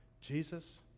Jesus